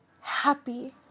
happy